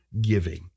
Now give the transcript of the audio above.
giving